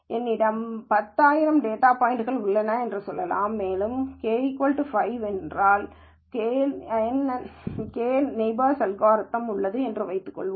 என்னிடம் 10000 டேட்டா பாய்ன்ட்கள் உள்ளன என்று சொல்லலாம் மேலும் K 5 உடன் k நெய்பர்ஸ் அல்காரிதம் உள்ளது என்று வைத்துக் கொள்வோம்